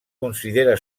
considera